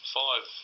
five